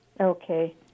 Okay